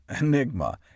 enigma